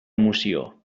moció